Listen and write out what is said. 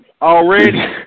Already